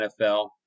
NFL